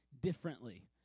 differently